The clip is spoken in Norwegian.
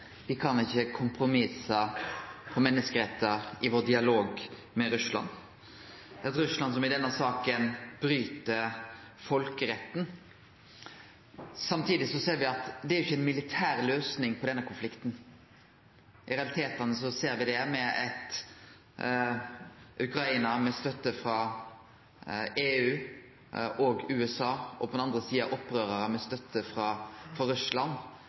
kan ikkje kompromisse på menneskerettar i vår dialog med Russland – eit Russland som i denne saka bryt folkeretten. Samtidig ser me at det ikkje er ei militær løysing på denne konflikten. Med eit Ukraina med støtte frå EU og USA og, på den andre sida, opprørarar med støtte frå Russland